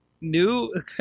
new